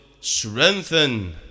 strengthen